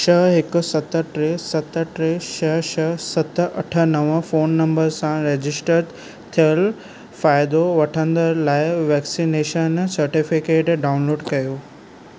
छ्ह हिकु सत टे सत टे छह छ्ह सत अठ नव फ़ोन नंबर सां रजिस्टरु थियलु फ़ाइदो वठंदड़ु लाइ वैक्सिनेशन सर्टिफ़िकेटु डाउनलोडु कयो